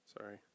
Sorry